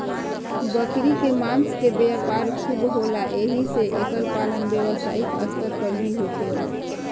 बकरी के मांस के व्यापार खूब होला एही से एकर पालन व्यवसायिक स्तर पर भी होखेला